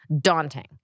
daunting